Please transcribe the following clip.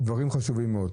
הדברים חשובים מאוד.